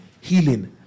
healing